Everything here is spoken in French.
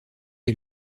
est